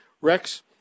Rex